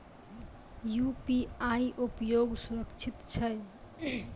UPI उपयोग सुरक्षित छै?